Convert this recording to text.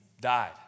died